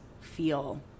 feel